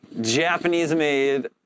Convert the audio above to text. Japanese-made